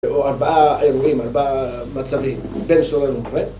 ארבעה אירועים, ארבעה מצבים, בן סורר ומורה...